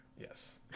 yes